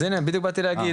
אז הנה בדיוק באתי להגיד,